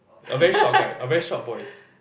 a very short guy a very short boy